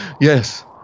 Yes